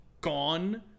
gone